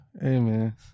Amen